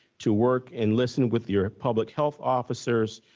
to work and listen with your public health officers.